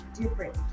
different